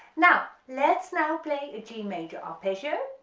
now let's now play a g major arpeggio,